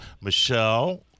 Michelle